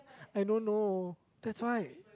I don't know that's why